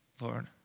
Lord